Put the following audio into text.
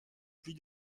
plus